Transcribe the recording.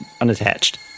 unattached